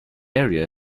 area